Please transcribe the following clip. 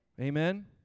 Amen